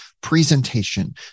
presentation